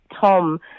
Tom